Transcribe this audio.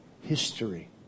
history